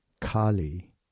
Kali